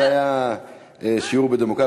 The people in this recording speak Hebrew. זה היה שיעור בדמוקרטיה.